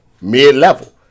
Mid-level